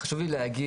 חשוב לי להגיד,